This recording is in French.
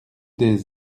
des